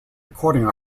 recording